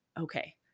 okay